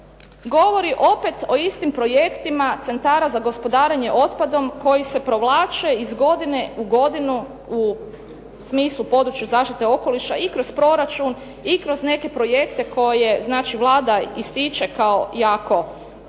govori opet o istim projektima centara za gospodarenje otpadom koji se provlače iz godine u godinu u smislu područje zaštite okoliša i kroz proračun i kroz neke projekte koje znači Vlada ističe kao jako